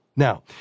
Now